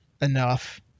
enough